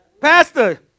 Pastor